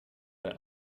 der